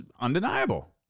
undeniable